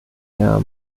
der